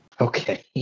Okay